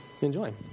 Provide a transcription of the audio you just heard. Enjoy